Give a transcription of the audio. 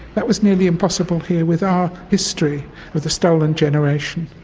that was nearly impossible here with our history with the stolen generation,